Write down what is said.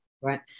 Right